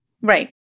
Right